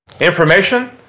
Information